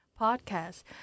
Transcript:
podcast